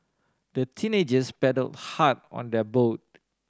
the teenagers paddled hard on their boat